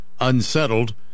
unsettled